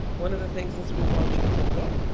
one of the things is we've launched a cook book.